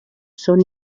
son